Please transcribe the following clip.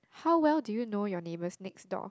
how well do you know your neighbours next door